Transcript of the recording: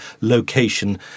location